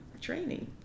training